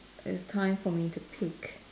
is time for me to pick